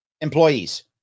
Employees